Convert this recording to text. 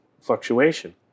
fluctuation